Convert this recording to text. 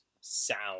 sound